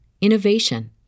innovation